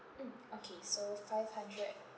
mm okay so five hundred